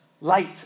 light